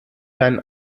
ein